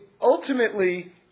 ultimately